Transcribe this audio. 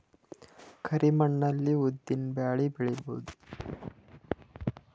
ಕರಿ ಮಣ್ಣ ಅಲ್ಲಿ ಉದ್ದಿನ್ ಕಾಳು ಬೆಳಿಬೋದ?